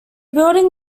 building